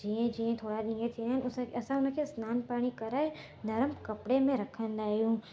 जीअं जीअं थोरा ॾींहं थियनि इसा असां उन खे सनानु पाणी कराए नरमु कपिड़े में रखंदा आहियूं